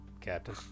Captain